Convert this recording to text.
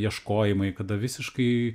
ieškojimai kada visiškai